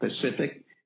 Pacific